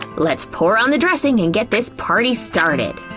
let's pour on the dressing and get this party started!